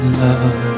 love